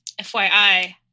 FYI